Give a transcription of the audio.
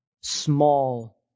small